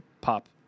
pop